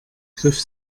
griff